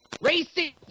Racing